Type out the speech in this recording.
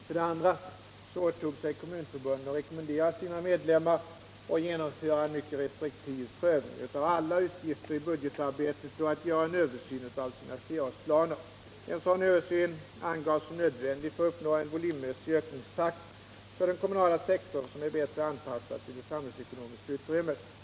För det andra åtog sig kommunförbunden att rekommendera sina medlemmar att genomföra en mycket restriktiv prövning av alla utgifter i budgetarbetet och att göra en översyn av sina flerårsplaner. En sådan översyn angavs som nödvändig för att uppnå en volymmässig ökningstakt för den kommunala sektorn som är bättre anpassad till det samhällsekonomiska utrymmet.